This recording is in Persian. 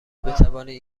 بتوانید